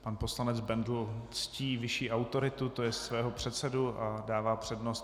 Pan poslanec Bendl ctí vyšší autoritu, to jest svého předsedu, a dává přednost.